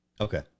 Okay